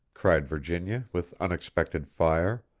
cried virginia, with unexpected fire.